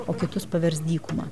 o kitus pavers dykuma